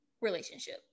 relationship